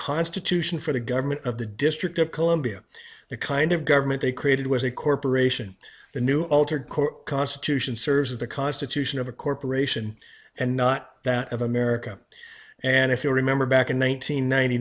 constitution for the government of the district of columbia the kind of government they created was a corporation the new altered constitution serves the constitution of a corporation and not that of america and if you remember back in one nine